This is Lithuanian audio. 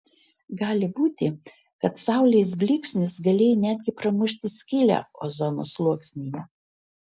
gali būti kad saulės blyksnis galėjo netgi pramušti skylę ozono sluoksnyje